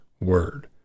Word